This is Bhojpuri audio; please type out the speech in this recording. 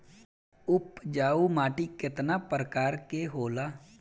उपजाऊ माटी केतना प्रकार के होला?